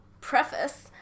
preface